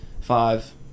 five